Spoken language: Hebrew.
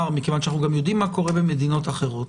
אנחנו יודעים מה קורה במדינות אחרות.